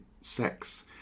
sex